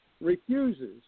refuses